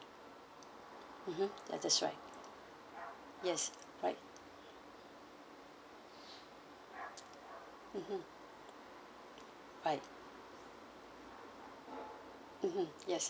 mmhmm ya that's right yes right mmhmm right mmhmm yes